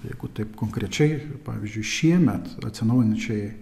jeigu taip konkrečiai pavyzdžiui šiemet atsinaujinančiai